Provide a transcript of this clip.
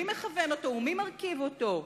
מי מכוון אותו ומי מרכיב אותו?